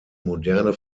moderne